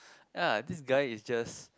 ah this guy is just